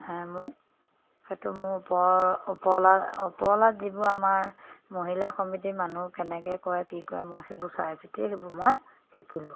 মোক সেইটো মোৰ ওপৰ ওপৰৱালা ওপৰৱালা যিবোৰ আমাৰ মহিলা সমিতি মানুহ কেনেকৈ কয় কি কয় মই সেইবোৰ চাই চিতি সেইবোৰ মই শিকিলোঁ